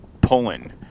pulling